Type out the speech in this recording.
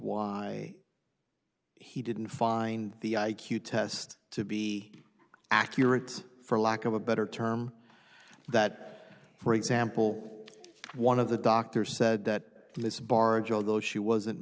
why he didn't find the i q test to be accurate for lack of a better term that for example one of the doctor said that in this barge although she wasn't